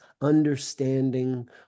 understanding